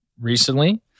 recently